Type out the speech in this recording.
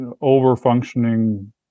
over-functioning